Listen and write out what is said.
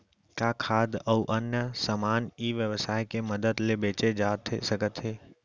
का खाद्य अऊ अन्य समान ई व्यवसाय के मदद ले बेचे जाथे सकथे?